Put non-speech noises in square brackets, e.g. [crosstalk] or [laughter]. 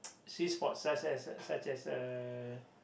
[noise] sea sport such as a such as a